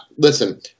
Listen